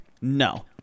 No